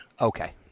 Okay